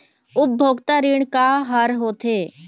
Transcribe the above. उपभोक्ता ऋण का का हर होथे?